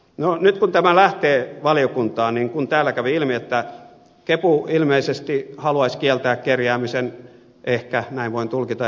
no nyt kun tämä lähtee valiokuntaan niin kuin täällä kävi ilmi että kepu ilmeisesti haluaisi kieltää kerjäämisen ehkä näin voin tulkita ed